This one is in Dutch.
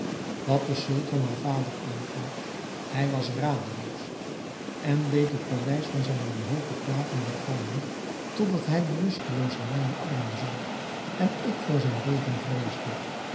wat den sultan haar vader aangaat hij was radeloos en deed het paleis van zijn wanhopig klagen weêrgalmen tot dat hij bewusteloos in mijne armen zonk en ik voor zijn leven vreesde